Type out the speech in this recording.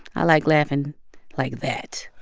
i like laughing like that.